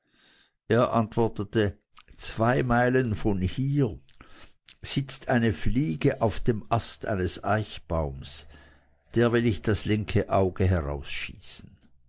er antwortete zwei meilen von hier sitzt eine fliege auf dem ast eines eichbaums der will ich das linke auge